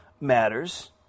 matters